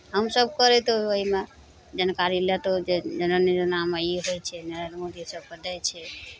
हम सभ करैत ओहिमे जानकारी लैके जे जनधन योजनामे ई होइ छै नरेन्द्र मोदी सभकेँ दै छै